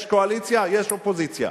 יש קואליציה, יש אופוזיציה.